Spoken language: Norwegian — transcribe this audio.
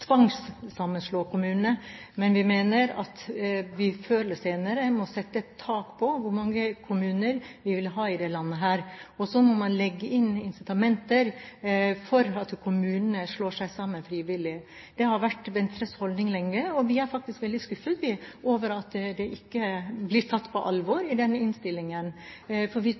tvangssammenslå kommunene, men vi mener at vi før eller senere må sette et tak på hvor mange kommuner vi vil ha i dette landet, og så må man legge inn incitamenter for at kommunene slår seg sammen frivillig. Det har vært Venstres holdning lenge, og vi er faktisk veldig skuffet over at det ikke blir tatt på alvor i denne innstillingen, for vi